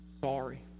sorry